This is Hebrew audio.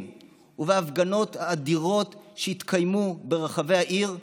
בהפגנות האדירות שהתקיימו ברחבי העיר,